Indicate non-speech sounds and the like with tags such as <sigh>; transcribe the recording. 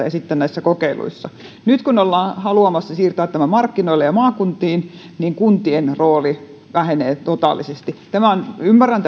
<unintelligible> ja sitten näissä kokeiluissa nyt kun ollaan haluamassa siirtää tämä markkinoille ja maakuntiin niin kuntien rooli vähenee totaalisesti ymmärrän <unintelligible>